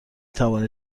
توانید